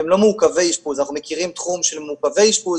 והם לא מעוכבי אשפוז אנחנו מכירים תחום של מעוכבי אשפוז